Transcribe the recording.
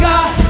God